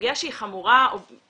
סוגיה שהיא חמורה מאוד.